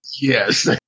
Yes